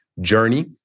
journey